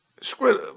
Squid